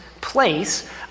place